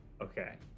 okay